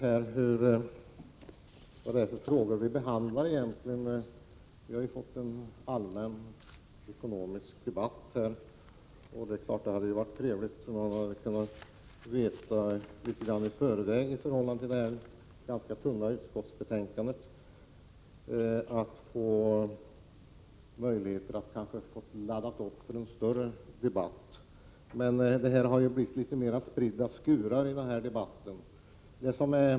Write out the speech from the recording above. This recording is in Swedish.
Fru talman! Jag vet inte vilka frågor vi egentligen behandlar. Vi har här fått en allmän ekonomisk debatt. Det hade varit trevligt om man hade fått veta detta litet grand i förväg, så att man hade haft möjlighet att ladda upp inför en större debatt. Utskottsbetänkandet i sig är ju ganska tunt. Det har blivit litet spridda skurar i denna debatt. Karl-Gösta Svenson!